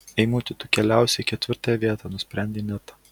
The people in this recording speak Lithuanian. eimuti tu keliausi į ketvirtąją vietą nusprendė ineta